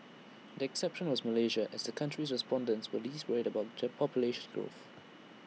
the exception was Malaysia as the country's respondents were least worried about J population growth